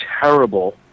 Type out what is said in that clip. terrible